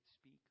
speak